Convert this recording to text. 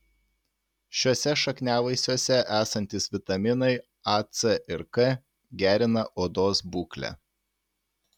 šiuose šakniavaisiuose esantys vitaminai a c ir k gerina odos būklę